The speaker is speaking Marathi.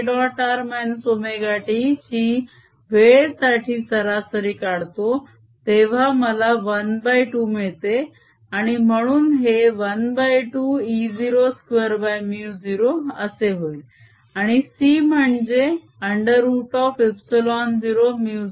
r ωt ची वेळेसाठी सरासरी काढतो तेव्हा मला ½ मिळते आणि म्हणून हे 12E020 असे होईल आणि c म्हणजे 00 आहे